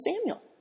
Samuel